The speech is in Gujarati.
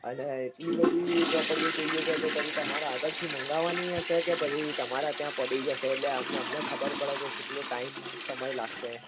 અને એટલી બધી ચોપડીઓ જોઈએ છે તમારે આગળથી મંગાવાની હશે કે પછી તમારે ત્યાં પડી જ હશે એટલે અમને ખબર પડે કે કેટલો ટાઇમ સમય લાગશે